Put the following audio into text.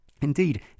Indeed